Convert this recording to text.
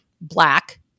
black